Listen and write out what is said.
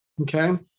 okay